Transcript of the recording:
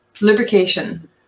lubrication